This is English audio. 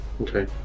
Okay